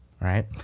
right